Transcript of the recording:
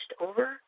over